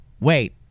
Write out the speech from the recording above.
wait